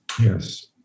Yes